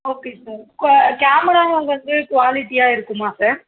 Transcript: okay sir ஆ ப camera வந்து க்வாலிட்டியாக இருக்குமா சார்